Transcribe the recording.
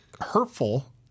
hurtful